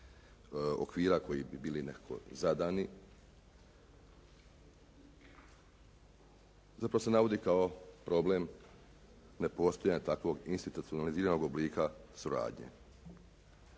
okvira koji bi bili nekako zadani zapravo se navodi kao problem nepostojanja takvom institucionaliziranog oblika suradnje.